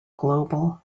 global